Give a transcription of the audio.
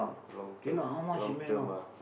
long-term long-term ah